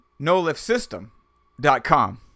NoLiftSystem.com